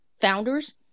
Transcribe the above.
founders